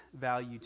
value